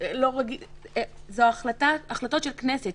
זה החלטות של כנסת.